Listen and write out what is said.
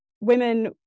women